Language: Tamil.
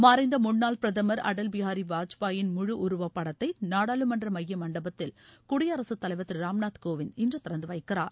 மறைந்த முன்னாள் பிரதமர் அடவ்பிகாரி வாஜ்பாயின் முழு உருவப்படத்தை நாடாளுமன்ற மைய மண்டபத்தில் குடியரசுத் தலைவர் திரு ராம்நாத் கோவிந்த் இன்று திறந்து வைக்கிறார்